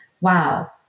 wow